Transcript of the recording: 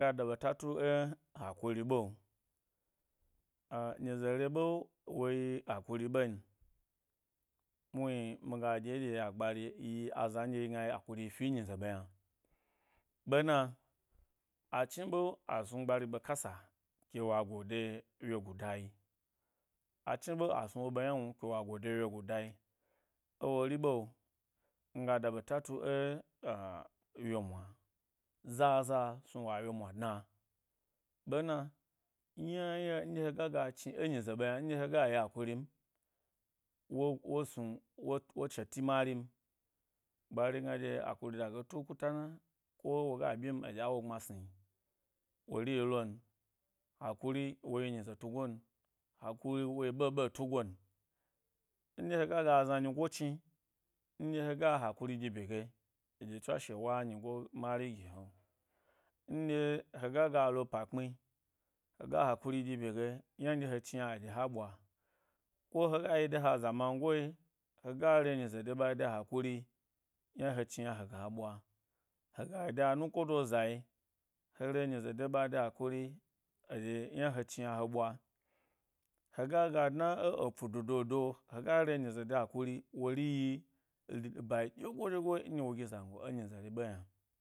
Mi ga da ɓeta tu ẻ hakini ɓe, ah-nyi-zere ɓe woyi akwi ɓe n, muhni mi ga ɗye ɗye yi agbari yi yi azan dye yi gnayi akuri fi e nyi ɓe yna. Ɓena, a chmiɓe a snu gbari ɓekasa, e wo go de wyegu dayi achni ɓe a snuwo ɓe ynawnu ke wa go de yegu dayi. Ewori ɓe, mi ga da ɓeta tu eh, â wyomwa; zaza snu wa wyoma ɗna, ɓena, yna yna nɗye hega ga chni ẻ nyize ɓe yna nɗye hega yi akurin wo, wo snu, wo chete mari n, gbari gna ɗye akuri dage tukatana ko woga ɓyim, a ɗye a wo gbma sni, wori yi lo n, an kuri woyi nyize tu go n akuri woyi ɓeɓe tugon nɗye hega a kuri dyi bye ge aɗye, tswashe, wa nyigo mari gi he, nɗye he ga gsa he pa kpmi hega akuri ɗyi bye ge, yna nɗye he chni yna a ɗye ha ɓwa, ko hega yi de ha zamangoe hega re nyize de ɓa de hakuri yna nɗye hechni yna hega ɓwa, hega yi de ha nwkodo, zai he re nyi ze de ɓa de akuri eɗye yna he chni yna he ɓwa. Hegaga dna ẻ epo dôdôdô hega re nyize de akuri, wori yi riba ɗye go ɗyego nɗye wo gi zango e nyize re ɓe yna.